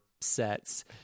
sets